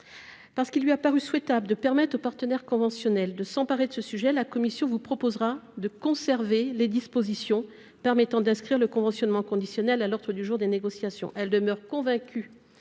Parce qu'il lui a paru souhaitable de permettre aux partenaires conventionnels de s'emparer de ce sujet, la commission vous proposera de conserver les dispositions permettant d'inscrire le conventionnement conditionnel à l'ordre du jour des négociations.